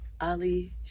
Ali